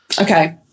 Okay